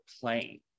playing